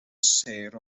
sêr